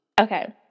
Okay